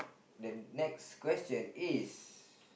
the next question is